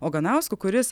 oganausku kuris